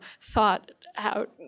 thought-out